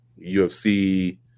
UFC